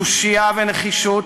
תושייה ונחישות